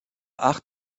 acht